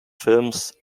films